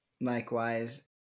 Likewise